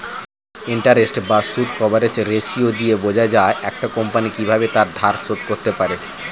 interest বা সুদ coverage ratio দিয়ে বোঝা যায় একটা কোম্পানি কিভাবে তার ধার শোধ করতে পারে